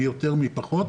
מי יותר ומי פחות,